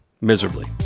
miserably